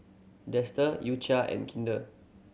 Dester U Cha and Kinder